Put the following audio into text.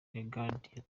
lagarde